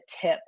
tip